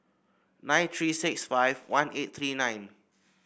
nine three six five one eight three nine